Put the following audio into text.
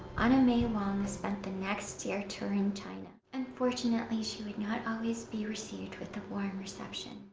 anna may wong spent the next year touring china. unfortunately, she would not always be received with a warm reception.